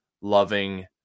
loving